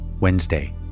Wednesday